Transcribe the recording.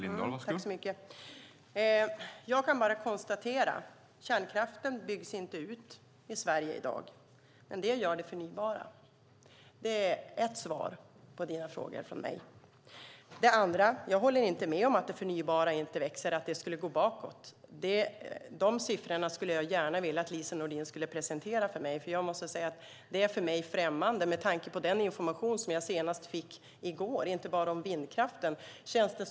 Herr talman! Jag kan bara konstatera att kärnkraften inte byggs ut i Sverige i dag. Däremot byggs det förnybara ut. Det är ett svar på dina frågor till mig, Lise Nordin. Sedan håller jag inte med om att det förnybara inte växer och att det skulle gå bakåt. Dessa siffror skulle jag gärna vilja att Lise Nordin presenterar för mig. Det är främmande för mig med tanke på den information som jag fick senast i går, inte bara om vindkraften.